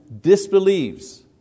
disbelieves